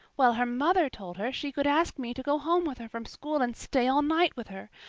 well, her mother told her she could ask me to go home with her from school and stay all night with her.